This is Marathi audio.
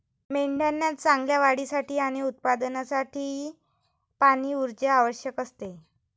मेंढ्यांना चांगल्या वाढीसाठी आणि उत्पादनासाठी पाणी, ऊर्जा आवश्यक असते